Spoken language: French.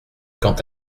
quant